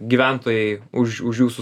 gyventojai už už jūsų